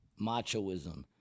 machoism